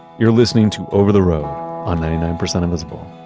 you're listening to over the road on ninety nine percent invisible